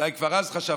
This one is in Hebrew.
אולי כבר אז חשבת,